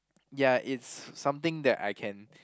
ya it's something that I can